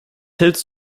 hältst